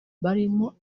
barimo